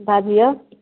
दै दिऔ